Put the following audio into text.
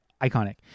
iconic